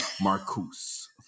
marcus